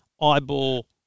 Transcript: eyeball